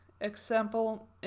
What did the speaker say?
example